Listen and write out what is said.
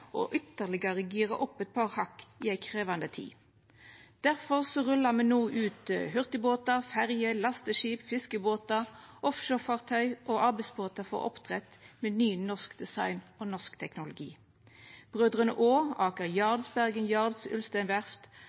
og ytterlegare gira opp eit par hakk i ei krevjande tid. Difor rullar me no ut hurtigbåtar, ferjer, lasteskip og fiskebåtar, offshorefartøy og arbeidsbåtar for oppdrett med ny norsk design og teknologi. Brødrene Aa, Aker Yards, Bergen Yards, Ulstein Verft,